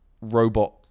robot